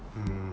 mm